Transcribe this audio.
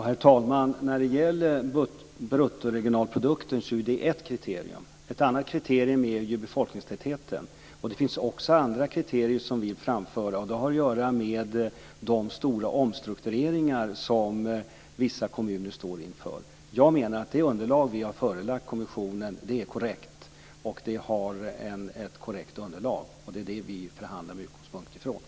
Herr talman! Bruttoregionalprodukten är ett kriterium. Ett annat kriterium är befolkningstätheten. Det finns också andra kriterium som vi vill framföra. Det har att göra med de stora omstruktureringar som vissa kommuner står inför. Jag menar att det förslag som vi har förelagt kommissionen är korrekt och bygger på ett korrekt underlag, och det är med utgångspunkt från detta som vi förhandlar.